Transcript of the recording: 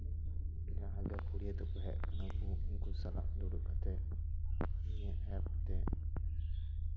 ᱡᱟᱦᱟᱸᱭ ᱜᱟᱹᱠᱷᱩᱲᱤᱭᱟᱹ ᱛᱟᱠᱚ ᱦᱮᱡ ᱟᱠᱟᱱᱟ ᱠᱚ ᱩᱱᱠᱩ ᱥᱟᱞᱟᱜ ᱫᱩᱲᱩᱵ ᱠᱟᱛᱮᱫ ᱱᱤᱭᱟᱹ ᱮᱯᱛᱮ